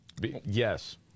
Yes